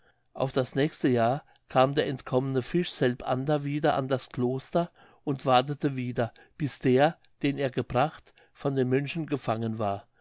auf das nächste jahr kam der entkommene fisch selbander wieder bis an das kloster und wartete wieder bis der den er gebracht von den mönchen gefangen war